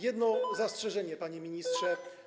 Jedno zastrzeżenie, panie ministrze.